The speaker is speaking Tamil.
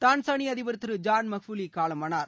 தான்சானியா அதிபர் திரு ஜான் மகுஃபுலி காலமானார்